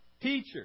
Teacher